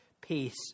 peace